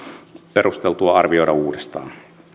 perusteltua arvioida uudestaan